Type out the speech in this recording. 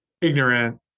ignorant